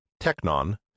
technon